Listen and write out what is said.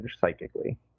psychically